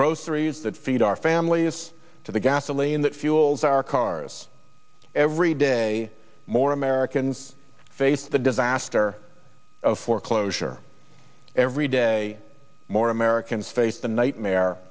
groceries that feed our families to the gasoline that fuels our cars every day more americans face the disaster of foreclosure every day more americans face the nightmare